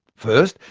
first,